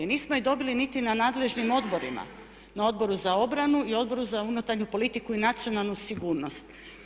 Nismo je dobili niti na nadležnim odborima, na Odboru za obranu i Odboru za unutarnju politiku i nacionalnu sigurnost.